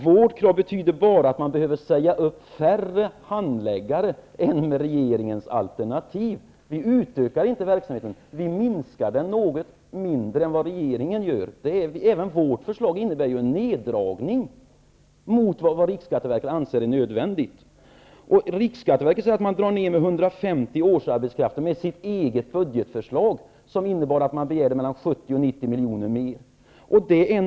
Vårt krav betyder bara att man behöver säga upp färre handläggare än med regeringens alternativ. Vi utökar inte verksamheten -- vi minskar den något mindre än vad regeringen gör. Även vårt förslag innebär ju en neddragning jämfört med vad riksskatteverket anser är nödvändigt. Riksskatteverket säger att man med dess eget budgetförslag, som innebar att man begärde mellan 70 och 90 miljoner mer, drar ned med 150 årsarbetskrafter.